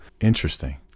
Interesting